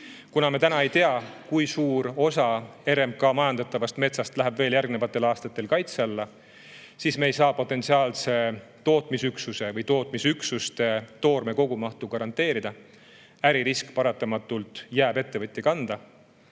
Kuna me ei tea, kui suur osa RMK majandatavast metsast läheb veel järgnevatel aastatel kaitse alla, siis me ei saa potentsiaalse tootmisüksuse või potentsiaalsete tootmisüksuste toorme kogumahtu garanteerida. Äririsk jääb paratamatult ettevõtja kanda.